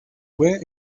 were